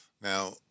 Now